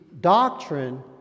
doctrine